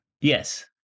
Yes